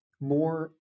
more